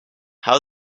how